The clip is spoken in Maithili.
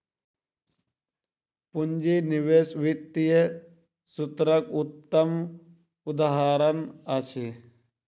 पूंजी निवेश वित्तीय सूत्रक उत्तम उदहारण अछि